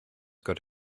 got